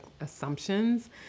assumptions